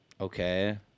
Okay